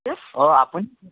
অঁ আপুনি